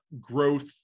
growth